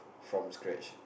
from scratch